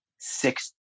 Six